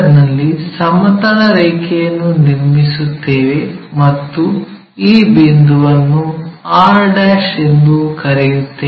ನಲ್ಲಿ ಸಮತಲ ರೇಖೆಯನ್ನು ನಿರ್ಮಿಸುತ್ತೇವೆ ಮತ್ತು ಈ ಬಿಂದುವನ್ನು r ಎಂದು ಕರೆಯುತ್ತೇವೆ